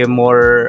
more